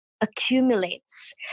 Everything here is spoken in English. accumulates